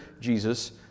Jesus